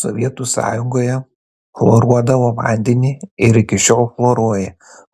sovietų sąjungoje chloruodavo vandenį ir iki šiol chloruoja